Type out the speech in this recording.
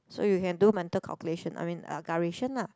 so you can do mental calculation I mean agaration lah